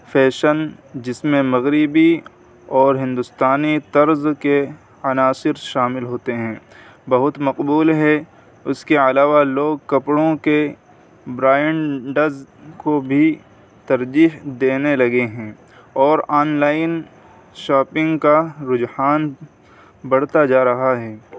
fashion جس میں مغربی اور ہندوستانی طرز کے عناصر شامل ہوتے ہیں بہت مقبول ہے اس کے علاوہ لوگ کپڑوں کے برانڈز کو بھی ترجیح دینے لگے ہیں اور آن لائن شاپنگ کا رجحان بڑھتا جا رہا ہے